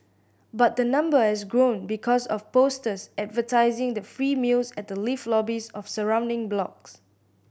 but the number has grown because of posters advertising the free meals at the lift lobbies of surrounding blocks